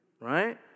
right